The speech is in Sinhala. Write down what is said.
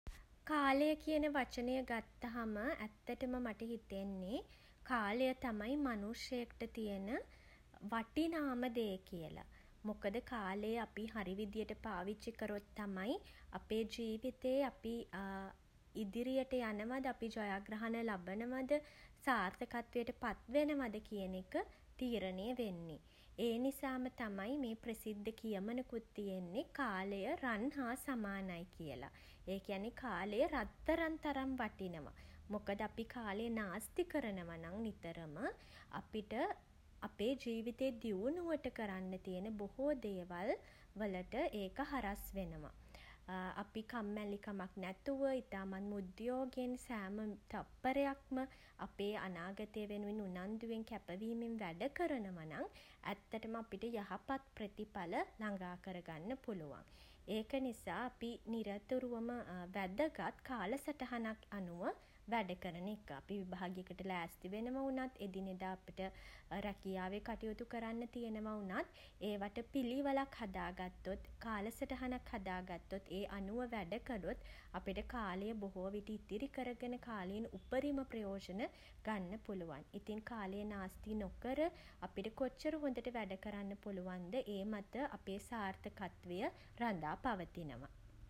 කාලය කියන වචනය ගත්තහම ඇත්තටම මට හිතෙන්නෙ කාලය තමයි මනුෂ්‍යයෙක්ට තියෙන වටිනාම දේ කියල. මොකද කාලේ අපි හරි විදිහට පාවිච්චි කරොත් තමයි අපේ ජීවිතේ අපි ඉදිරියට යනවද අපි ජයග්‍රහණ ලබනවද සාර්ථකත්වයට පත් වෙනවද කියන එක තීරණය වෙන්නෙ. ඒ නිසාම තමයි මේ ප්‍රසිද්ධ කියමනකුත් තියෙන්නේ කාලය රන් හා සමානයි කියල. ඒ කියන්නේ කාලේ රත්තරං තරම් වටිනවා. මොකද අපි කාලේ නාස්ති කරනවා නම් නිතරම අපිට අපේ ජීවිතයේ දියුණුවට කරන්න තියෙන බොහෝ දේවල් වලට ඒක හරස් වෙනවා. අපි කම්මැලි කමක් නැතුව ඉතාමත්ම උද්යෝගයෙන් සෑම තප්පරයක්ම අපේ අනාගතය වෙනුවෙන් උනන්දුවෙන් කැපවීමෙන් වැඩ කරනවා නම් ඇත්තටම අපිට යහපත් ප්‍රතිඵල ළඟාකර ගන්න පුළුවන්. ඒක නිසා අපි නිරතුරුවම වැදගත් කාල සටහනක් අනුව වැඩ කරන එක. අපි විභාගයකට ලෑස්තිවෙනවා වුණත් එදිනෙදා අපට රැකියාවේ කටයුතු කරන්න තියෙනවා වුණත් ඒවාට පිළිවෙළක් හදා ගත්තොත් කාල සටහනක් හදා ගත්තොත් ඒ අනුව වැඩ කළොත් අපිට කාලය බොහෝ විට ඉතිරි කරගෙන කාලයෙන් උපරිම ප්‍රයෝජන ගන්න පුළුවන්. ඉතින් කාලය නාස්ති නොකර අපිට කොච්චර හොඳට වැඩ කරන්න පුළුවන්ද ඒ මත අපේ සාර්ථකත්වය රදා පවතිනවා.